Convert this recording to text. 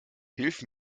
hilf